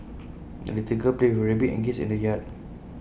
the little girl played with her rabbit and geese in the yard